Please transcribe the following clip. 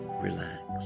Relax